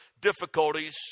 difficulties